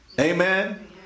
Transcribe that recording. Amen